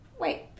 wait